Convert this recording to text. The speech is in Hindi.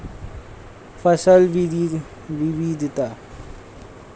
फसल विविधता कृषि में प्रयुक्त पौधों की आनुवंशिक और फेनोटाइपिक विशेषताओं में भिन्नता है